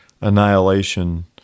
annihilation